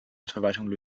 stadtverwaltung